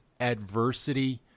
adversity